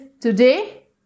today